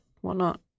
whatnot